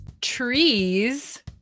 trees